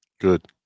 Good